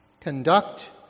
conduct